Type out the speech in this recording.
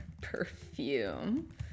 perfume